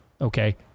Okay